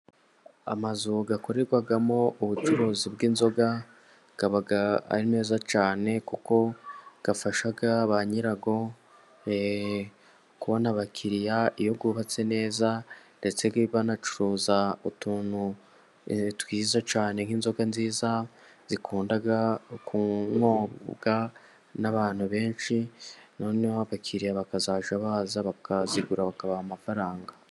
Amazu akorerwamo ubucuruzi bw'inzoga aba ari meza cyane kuko afasha ba nyirayo kubona abakiriya. Iyo wubatse neza ndetse banacuruza utuntu twiza cyane nk'inzoga nziza zikunda kunywobwa n'abantu benshi noneho abakiriya bakazajya baza bakazigura bakabaha amafaranga.